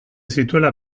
zituela